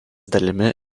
dalimi